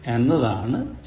എന്നതാണ് ശരി